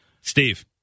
steve